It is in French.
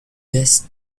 ouest